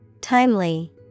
Timely